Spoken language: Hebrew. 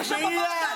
תקבעי את.